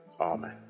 Amen